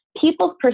people's